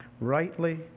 rightly